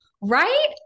Right